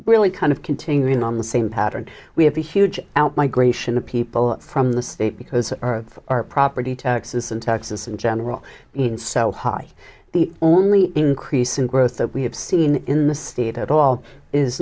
really kind of continuing on the same pattern we have the huge out migration of people from the state because of our property taxes in texas in general in so high the only increase in growth that we have seen in the state at all is